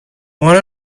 one